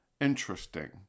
interesting